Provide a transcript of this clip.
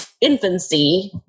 infancy